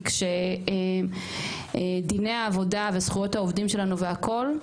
כי כשדיני העבודה וזכויות העובדים שלנו והכל,